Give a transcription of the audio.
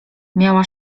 miała